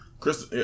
Chris